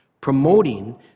promoting